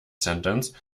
sentence